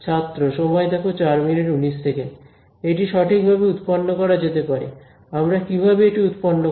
এটি সঠিকভাবে উৎপন্ন করা যেতে পারে আমরা কীভাবে এটি উৎপন্ন করব